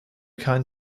kind